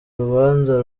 rubanza